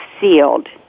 sealed